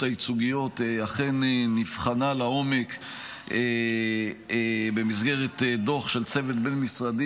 הייצוגיות אכן נבחנו לעומק במסגרת דוח של הצוות הבין-משרדי